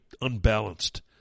unbalanced